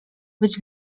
być